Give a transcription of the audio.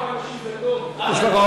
אני מוסיף לך, תודה.